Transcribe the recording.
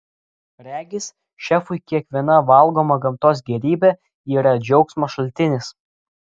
regis šefui kiekviena valgoma gamtos gėrybė yra džiaugsmo šaltinis